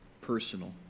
personal